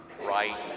right